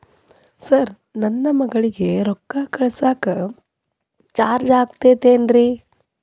Sir ನನ್ನ ಮಗಳಗಿ ರೊಕ್ಕ ಕಳಿಸಾಕ್ ಚಾರ್ಜ್ ಆಗತೈತೇನ್ರಿ?